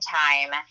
time